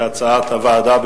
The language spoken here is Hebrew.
כהצעת הוועדה,